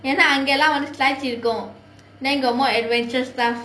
ஏன்னா அங்கேலாம் வந்து:yaennaa angaelaam vanthu slides இருக்கும்:irukkum then got more adventure stuff